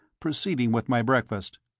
proceeding with my breakfast.